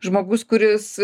žmogus kuris